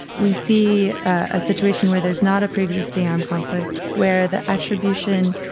we see ah situation where there is not a pre-existing armed conflict, where the attribution,